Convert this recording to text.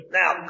now